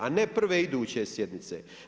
A ne prve iduće sjednice.